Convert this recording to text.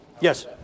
Yes